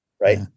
Right